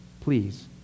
Please